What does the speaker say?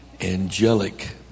angelic